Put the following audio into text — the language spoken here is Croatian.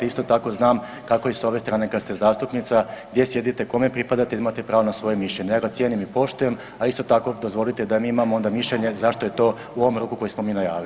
Isto tako znam kako je s ove strane kad ste zastupnica, gdje sjedite, kome pripadate i imate pravo na svoje mišljenje, ja ga cijenim i poštujem, ali isto tako dozvolite da mi imamo onda mišljenje zašto je to u ovom roku koji smo mi najavili.